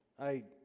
i